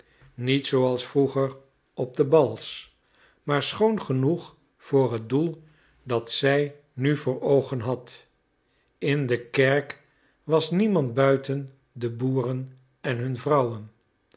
niet zooals vroeger op de bals maar schoon genoeg voor het doel dat zij nu voor oogen had in de kerk was niemand buiten de boeren en hun vrouwen